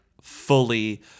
fully